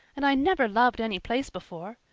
and i never loved any place before.